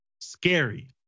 Scary